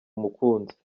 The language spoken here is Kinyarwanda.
mukunzi